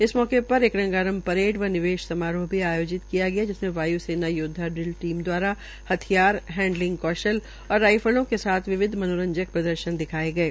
इस मौके र एक रंगारंग रेड व निवेश समारोह भी आयोजित किया गया जिसमें वाय् सेना योद्वा ड्रिल टीम द्वारा हथियार हैंडलिंग कौशल और राईफलों के साथ विविध मनोरंजक प्रदर्शन दिखाये गये